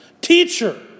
Teacher